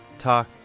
talk